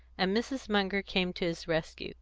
and mrs. munger came to his rescue